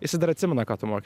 jisai dar atsimena ką tu moki